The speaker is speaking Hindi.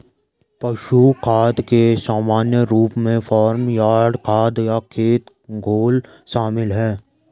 पशु खाद के सामान्य रूपों में फार्म यार्ड खाद या खेत घोल शामिल हैं